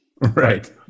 Right